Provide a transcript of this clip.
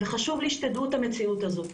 וחשוב לי שתדעו את המציאות הזאת.